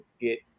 get